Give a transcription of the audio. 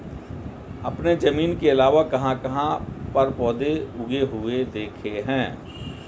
आपने जमीन के अलावा कहाँ कहाँ पर पौधे उगे हुए देखे हैं?